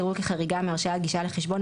יראו כחריגה מהרשאת גישה לחשבון,